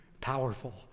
Powerful